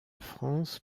france